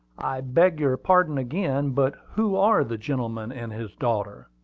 i beg your pardon again but who are the gentleman and his daughter?